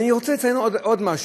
אני רוצה לציין עוד משהו,